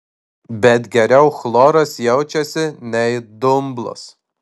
bet geriau chloras jaučiasi nei dumblas